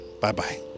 Bye-bye